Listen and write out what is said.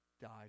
died